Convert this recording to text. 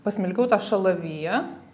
pasmilkiau tą šalaviją